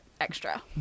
extra